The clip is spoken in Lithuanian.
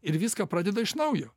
ir viską pradeda iš naujo